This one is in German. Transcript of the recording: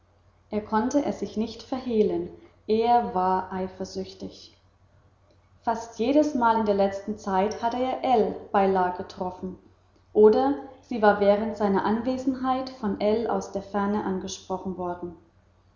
er konnte es sich nicht verhehlen er war eifersüchtig fast jedesmal in der letzten zeit hatte er ell bei la getroffen oder sie war während seiner anwesenheit von ell aus der ferne angesprochen worden